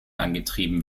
angetrieben